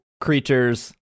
creatures